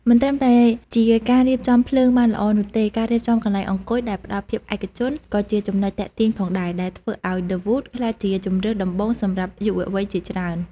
មិនត្រឹមតែជាការរៀបចំភ្លើងបានល្អនោះទេ ការរៀបចំកន្លែងអង្គុយដែលផ្តល់ភាពឯកជន ក៏ជាចំណុចទាក់ទាញផងដែរ ដែលធ្វើឱ្យ ឌឹ វូត ក្លាយជាជម្រើសដំបូងសម្រាប់យុវវ័យជាច្រើន។